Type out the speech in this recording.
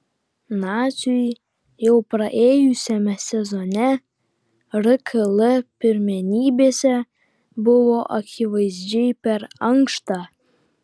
naciui jau praėjusiame sezone rkl pirmenybėse buvo akivaizdžiai per ankšta